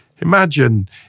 Imagine